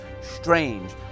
strange